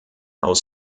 aus